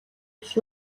биш